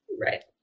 Right